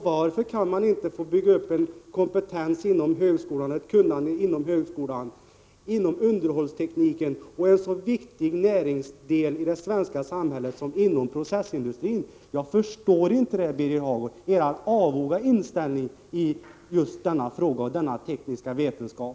Varför kan man inte få bygga upp en kompetens och ett kunnande inom högskolan när det gäller underhållstekniken, vilken är en så väsentlig del inom den för det svenska samhället så viktiga processindustrin. Jag förstår inte er avoga inställning i denna fråga, Birger Hagård.